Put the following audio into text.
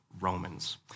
Romans